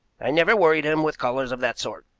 i never worried him with callers of that sort.